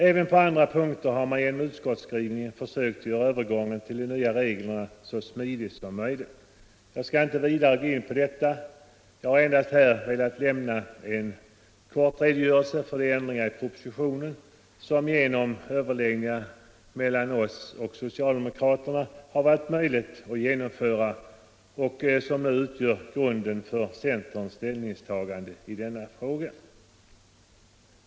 Även på andra punkter har utskottet genom sin skrivning försökt göra övergången till de nya reglerna så smidig som möjligt. Jag skall inte vidare gå in på detta. Jag har här endast velat lämna en kort redogörelse för de ändringar i propositionen som genom kompromissen mellan centern och socialdemokraterna har varit möjliga att genomföra och som nu utgör grunden för centerns ställningstagande i denna fråga.